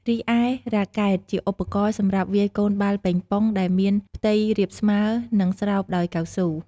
រីឯ រ៉ាកែត ជាឧបករណ៍សម្រាប់វាយកូនបាល់ប៉េងប៉ុង ដែលមានផ្ទៃរាបស្មើ និងស្រោបដោយកៅស៊ូ។